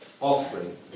offering